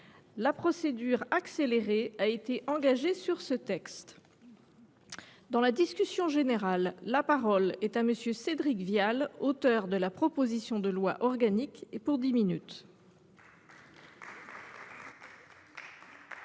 La procédure accélérée a été engagée sur ce texte. Dans la discussion générale, la parole est à M. Cédric Vial, auteur de la proposition de loi organique. Madame